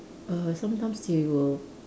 err sometimes they will